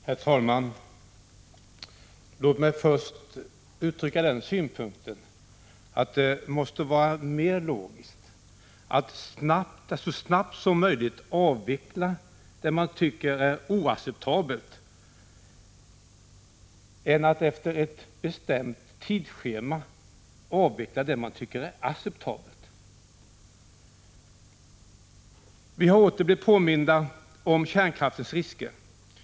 Herr talman! Låt mig först framföra den synpunkten att det måste vara mera logiskt att så snabbt som möjligt avveckla det som man tycker är oacceptabelt än att efter ett bestämt tidsschema avveckla det man tycker är acceptabelt. Vi har åter blivit påminda om kärnkraftens risker.